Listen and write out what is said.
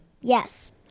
Yes